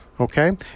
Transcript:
Okay